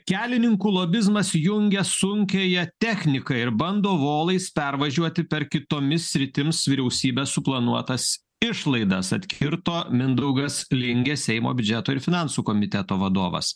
kelininkų lobizmas jungia sunkiąją techniką ir bando volais pervažiuoti per kitomis sritims vyriausybės suplanuotas išlaidas atkirto mindaugas lingė seimo biudžeto ir finansų komiteto vadovas